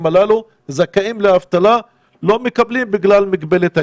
הללו זכאים לאבטלה אבל לא מקבלים בגלל מגבלת הגיל.